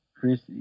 Chris